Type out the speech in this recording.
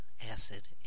acid